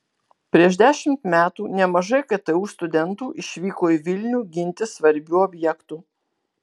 prieš dešimt metų nemažai ktu studentų išvyko į vilnių ginti svarbių objektų